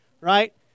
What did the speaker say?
right